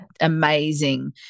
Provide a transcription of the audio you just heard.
amazing